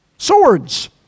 Swords